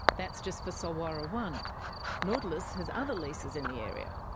that's just for solwara one nautilus has other leases in the area.